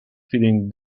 feeling